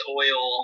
oil